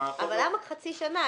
אני מבינה, אבל למה חצי שנה?